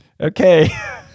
Okay